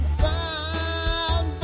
find